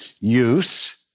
use